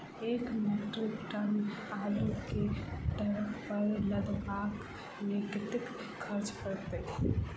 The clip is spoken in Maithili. एक मैट्रिक टन आलु केँ ट्रक पर लदाबै मे कतेक खर्च पड़त?